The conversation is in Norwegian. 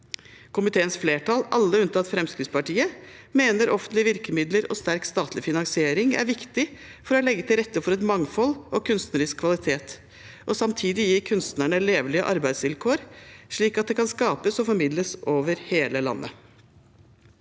Komiteens flertall, alle unntatt Fremskrittspartiet, mener offentlige virkemidler og sterk statlig finansiering er viktig for å legge til rette for mangfold og kunstnerisk kvalitet og samtidig gi kunstnerne levelige arbeidsvilkår slik at det kan skapes og formidles over hele landet.